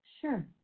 Sure